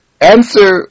answer